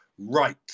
Right